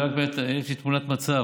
רק יש לי תמונת מצב,